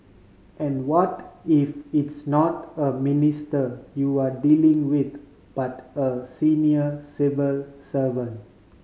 and what if it's not a minister you're dealing with but a senior civil servant